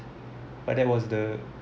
but that was the